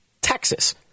Texas